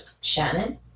Shannon